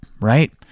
right